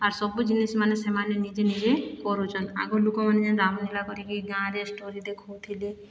ଆର୍ ସବୁ ଜିନିଷ୍ ମାନେ ସେମାନେ ନିଜେ ନିଜେ କରୁଛନ୍ ଆଗର୍ ଲୋକମାନେ ଯେନ୍ ରାମଲୀଳା କରିକି ଗାଁରେ ଷ୍ଟୋରି ଦେଖଉଥିଲେ